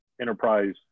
enterprise